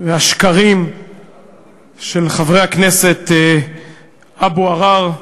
והשקרים של חבר הכנסת אבו עראר,